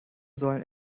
sollen